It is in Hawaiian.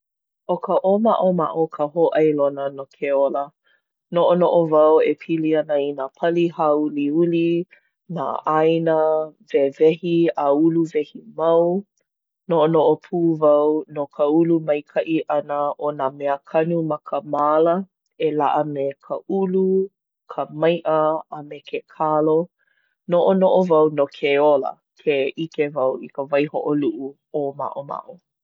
ʻO ka ʻōmaʻomaʻo ka hōʻailona no ke ola. Noʻonoʻo wau e pili ana i nā pali hāuliuli, nā ʻāina wewehi a uluwehi mau. Noʻonoʻo pū wau no ka ulu maikaʻi ʻana o nā meakanu ma ka māla. E laʻa me ka ʻulu, ka maiʻa, a me ke kalo. Noʻonoʻo wau no ke ola ke ʻike wau i ka waihoʻoluʻu ʻōmaʻomaʻo.